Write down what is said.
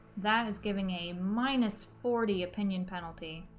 that is giving a minus forty opinion penalty